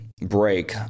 break